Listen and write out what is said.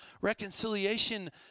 reconciliation